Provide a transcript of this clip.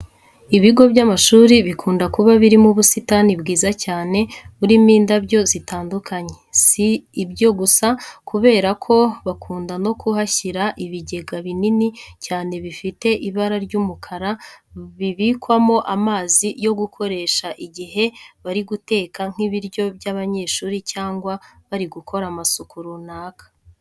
Ibigo by'amashuri bikunda kuba birimo ubusitani bwiza cyane burimo indabyo zitandukanye. Si ibyo gusa kubera ko bakunda no kuhashyira ibigega binini cyane bifite ibara ry'umukara bibikwamo amazi yo gukoresha igihe bari guteka nk'ibiryo by'abanyeshuri cyangwa bari gukora amasuku runaka.